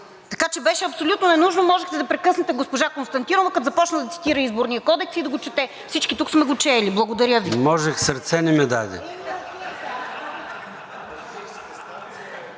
Така че беше абсолютно ненужно и можехте да прекъснете госпожа Константинова, като започна да цитира Изборния кодекс и да го чете. Всички тук сме го чели. Благодаря Ви. ПРЕДСЕДАТЕЛ ЙОРДАН